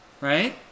Right